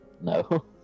No